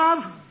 Love